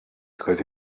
traits